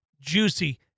juicy